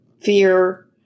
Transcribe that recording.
Fear